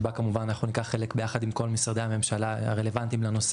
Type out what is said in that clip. שבה כמובן אנחנו ניקח חלק עם כל משרדי הממשלה הרלוונטיים לנושא.